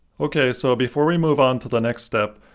okay, so before we move on to the next step,